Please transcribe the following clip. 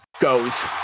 goes